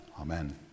Amen